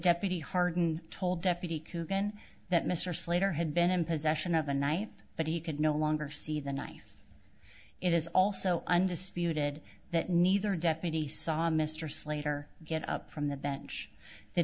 deputy harden told deputy coogan that mr slater had been in possession of a knife but he could no longer see the knife it is also undisputed that neither deputy saw mr slater get up from the bench the